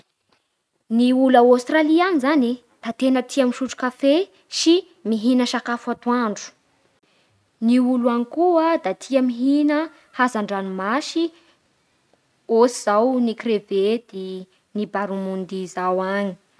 Ny olo a Aostralia any zany da tena tia misotro kafe sy mihina sakafo atoandro Ny olo any koa da tia mihina hazan-dranomasy, ohatsy zao ny krevety, ny barramundi zao agny